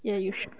think is